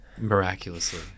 miraculously